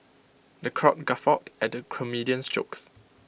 the crowd guffawed at the comedian's jokes